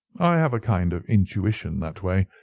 i have a kind of intuition that way.